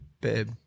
babe